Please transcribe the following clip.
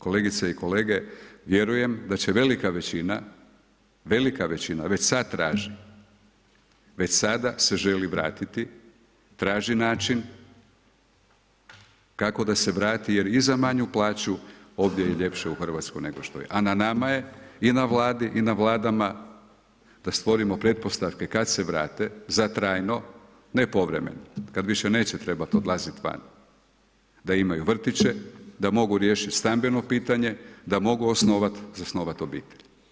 Kolegice i kolege, vjerujem da će velika većina, velika većina već sada traži, već sada se želi vratiti, traži način kako da se vrati jer i za manju plaću ovdje je ljepše u Hrvatskoj nego što je, a na nama je i na Vladi i na vladama da stvorimo pretpostavke kada se vrate za trajno, ne povremeno, kada više neće trebati odlaziti van da imaju vrtiće, da mogu riješiti stambeno pitanje, da mogu zasnovat obitelj.